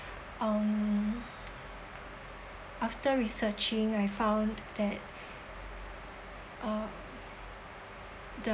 um after researching I found that uh the